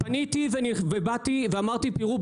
פניתי ואמרתי: תראו,